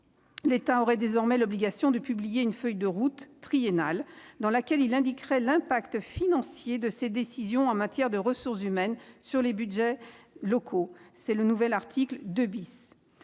L'État aurait désormais l'obligation de publier une feuille de route triennale dans laquelle il indiquerait l'incidence financière de ses décisions en matière de ressources humaines sur les budgets locaux- c'est ce que prévoit